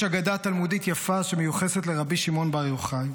יש אגדה תלמודית יפה שמיוחסת לרבי שמעון בר יוחאי: